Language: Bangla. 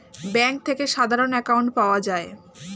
ব্যাঙ্ক থেকে সাধারণ অ্যাকাউন্ট পাওয়া যায়